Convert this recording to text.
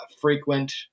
frequent